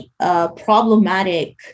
problematic